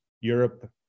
Europe